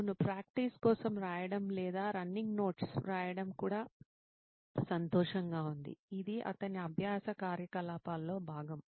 అప్పుడు ప్రాక్టీస్ కోసం రాయడం లేదా రన్నింగ్ నోట్స్ వ్రాయడం కూడా సంతోషంగా ఉంది ఇది అతని అభ్యాస కార్యకలాపాల్లో భాగం